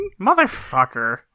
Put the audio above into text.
Motherfucker